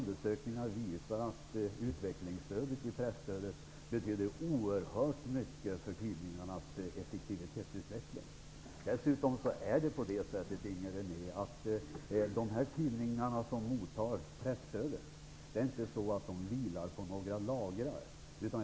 De visar också att utvecklingsstödet i presstödet betyder oerhört mycket för tidningarnas effektivitetsutveckling. Dessutom vilar inte de tidningar som mottar presstöd på några lagrar, Inger René.